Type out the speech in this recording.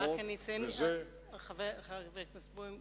חבר הכנסת בוים,